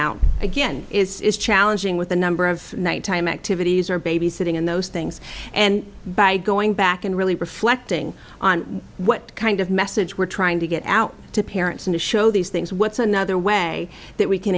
out again it's challenging with a number of nighttime activities or babysitting and those things and by going back and really reflecting on what kind of message we're trying to get out to parents and to show these things what's another way that we can